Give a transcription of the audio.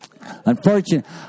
Unfortunately